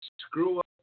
screw-up